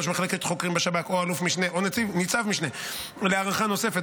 ראש מחלקת חוקרים בשב"כ או אלוף משנה או ניצב משנה, להארכה נוספת,